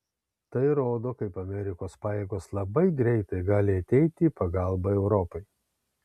tai rodo kaip amerikos pajėgos labai greitai gali ateiti į pagalbą europai